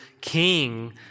king